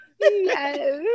yes